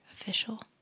official